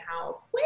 house